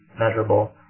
measurable